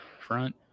front